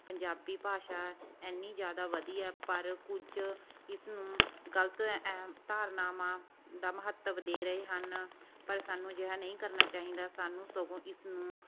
ਪੰਜਾਬੀ ਭਾਸ਼ਾ ਇੰਨੀ ਜ਼ਿਆਦਾ ਵਧੀਆ ਪਰ ਕੁਝ ਇਸ ਨੂੰ ਗਲਤ ਧਾਰਨਾਵਾਂ ਦਾ ਮਹੱਤਵ ਦੇ ਰਹੇ ਹਨ ਪਰ ਸਾਨੂੰ ਅਜਿਹਾ ਨਹੀਂ ਕਰਨਾ ਚਾਹੀਦਾ ਸਾਨੂੰ ਸਗੋਂ ਇਸ ਨੂੰ